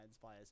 players